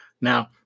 Now